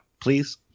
please